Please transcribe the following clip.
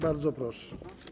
Bardzo proszę.